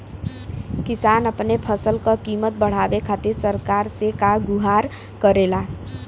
किसान अपने फसल क कीमत बढ़ावे खातिर सरकार से का गुहार करेला?